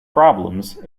problems